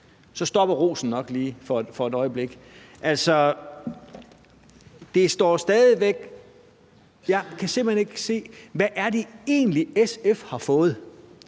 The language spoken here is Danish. så stopper rosen nok lige for et øjeblik. For jeg kan simpelt hen ikke se, hvad det egentlig er, SF har fået.